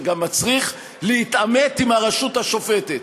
זה גם מצריך להתעמת עם הרשות השופטת,